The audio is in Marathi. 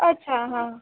अच्छा हां